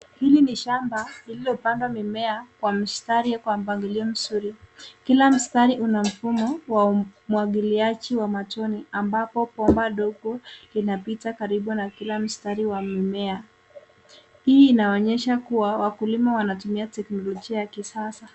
Hili ni shamba lililopandwa mimea kwa mstari kwa mpangilio mzuri. Kila mstari una mfumo wa umwagiliaji wa matone ambapo bomba dogo inapita karibu na kila mstari wa mmea. Hii inaonyesha kuwa wakulima wanatumia teknolojia ya kisasa.